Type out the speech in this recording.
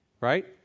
right